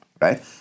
right